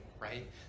right